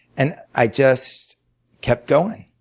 and i just kept going.